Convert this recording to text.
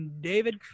David